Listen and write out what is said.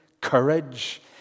courage